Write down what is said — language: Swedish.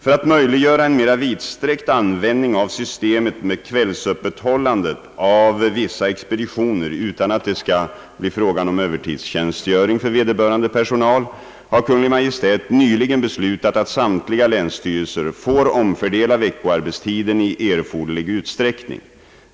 För att möjliggöra en mera vidsträckt användning av systemet med kvällsöppethållande av vissa expeditioner utan att det skall bli fråga om övertidstjänstgöring för vederbörande personal, har Kungl. Maj:t nyligen beslutat att samtliga länsstyrelser får omfördela veckoarbetstiden i erforderlig utsträckning.